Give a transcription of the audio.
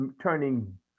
turning